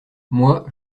moi